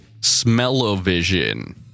Smellovision